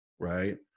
Right